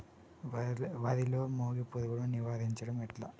వరిలో మోగి పురుగును నివారించడం ఎట్లా?